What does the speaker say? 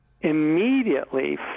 immediately